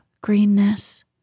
greenness